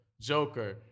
Joker